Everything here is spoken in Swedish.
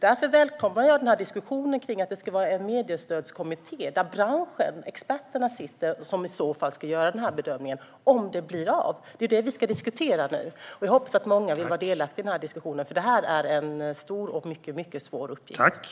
Därför välkomnar jag diskussionen om att det ska tillsättas en mediestödskommitté - där branschen, experterna, sitter - som om detta blir av ska göra denna bedömning. Det är det som vi nu ska diskutera. Jag hoppas att många vill vara delaktiga i denna diskussion, eftersom detta är en stor och mycket svår uppgift.